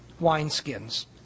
wineskins